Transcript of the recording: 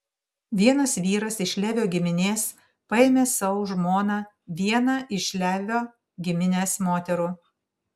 vienas vyras iš levio giminės paėmė sau žmona vieną iš levio giminės moterų